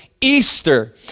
Easter